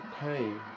pain